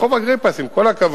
ברחוב אגריפס, עם כל הכבוד,